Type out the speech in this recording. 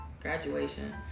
Graduation